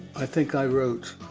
i think i wrote,